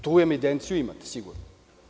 Tu evidenciju imate sigurno.